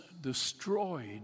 destroyed